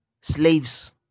slaves